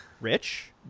Rich